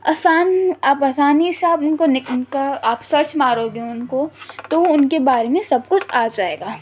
آسان آپ آسانی سے آپ ان کو ان کا آپ سرچ مارو گے ان کو تو ان کے بارے میں سب کچھ آ جائے گا